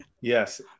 Yes